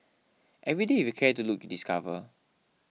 every day if you care to look discover